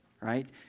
right